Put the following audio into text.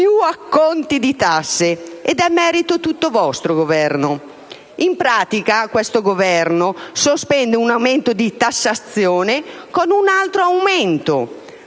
acconti di tasse. E il merito è tutto vostro, Governo! In pratica, questo decreto sospende un aumento di tassazione con un altro aumento.